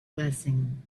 blessing